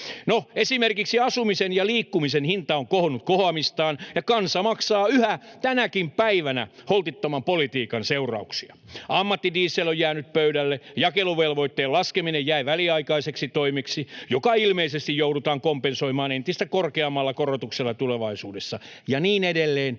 esimerkiksi asumisen ja liikkumisen hinta on kohonnut kohoamistaan, ja kansa maksaa yhä tänäkin päivänä holtittoman politiikan seurauksia. Ammattidiesel on jäänyt pöydälle, jakeluvelvoitteen laskeminen jäi väliaikaiseksi toimeksi, joka ilmeisesti joudutaan kompensoimaan entistä korkeammalla korotuksella tulevaisuudessa, ja niin edelleen